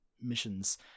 missions